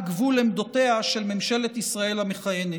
גבול עמדותיה של ממשלת ישראל המכהנת.